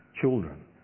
children